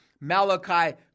Malachi